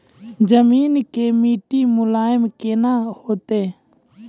जमीन के मिट्टी मुलायम केना होतै?